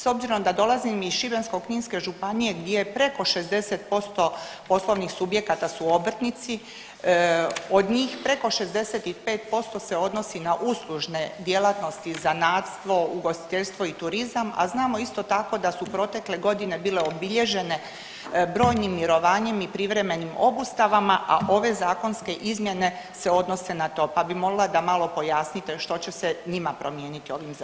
S obzirom da dolazim iz Šibensko-kninske županije gdje je preko 60% poslovnih subjekata su obrtnici, od njih preko 65% se odnosi na uslužne djelatnosti, zanatstvo, ugostiteljstvo i turizam, a znamo isto tako da su protekle godine bile obilježene brojnim mirovanjem i privremenim obustavama, a ove zakonske izmjene se odnose na to, pa bi molila da malo pojasnite što će se njima promijeniti ovim zakonom.